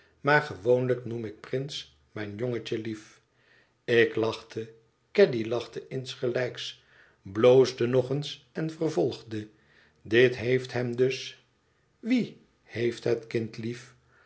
maar gewoonlijk noem ik prince mijn jongetje lief ik lachte caddy lachte insgelijks bloosde nog eens en vervolgde dit heeft hem dus wien heeft het kindlief